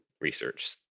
research